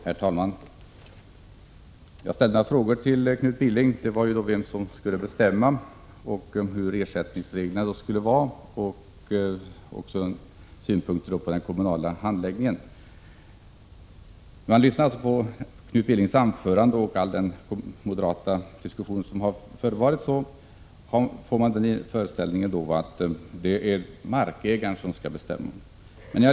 Herr talman! Jag har ställt några frågor till Knut Billing. Det gällde vem som skulle bestämma, markägaren eller kommunen. Vidare frågade jag hur ersättningsreglerna skulle vara utformade enligt moderaterna. En annan fråga gällde de kritiska synpunkterna på den kommunala handläggningen. Svaret har hittills uteblivit. När man lyssnar på Knut Billings anförande och den moderata argumentationen över huvud taget får man uppfattningen att moderaterna anser att det är markägaren som skall bestämma.